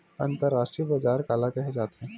अंतरराष्ट्रीय बजार काला कहे जाथे?